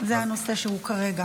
זה הנושא כרגע.